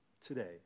today